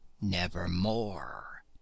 Nevermore